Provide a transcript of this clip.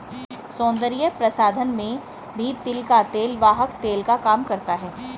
सौन्दर्य प्रसाधन में भी तिल का तेल वाहक तेल का काम करता है